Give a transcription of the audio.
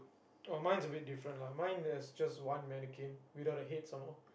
oh mine's a bit different lah mine there's just one mannequin without the head some more